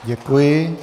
Děkuji.